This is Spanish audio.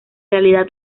realidad